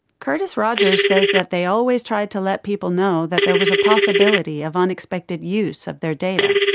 curtis rogers says that they always tried to let people know that there was a possibility of unexpected use of their data,